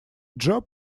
job